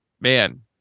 man